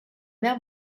mer